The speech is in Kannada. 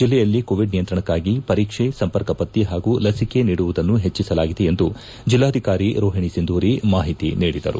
ಜಿಲ್ಲೆಯಲ್ಲಿ ಕೋವಿಡ್ ನಿಯಂತ್ರಣಕ್ಕಾಗಿ ಪರೀಕ್ಷೆ ಸಂಪರ್ಕ ಪತ್ತೆ ಹಾಗೂ ಲಸಿಕೆ ನೀಡುವುದನ್ನು ಹೆಚ್ಚಿಸಲಾಗಿದೆ ಎಂದು ಜಿಲ್ಲಾಧಿಕಾರಿ ರೋಹಣಿ ಸಿಂಧೂರಿ ಮಾಹಿತಿ ನೀಡಿದರು